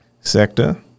sector